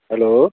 hello